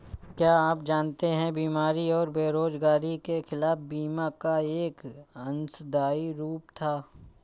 क्या आप जानते है बीमारी और बेरोजगारी के खिलाफ बीमा का एक अंशदायी रूप था?